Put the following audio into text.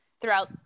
throughout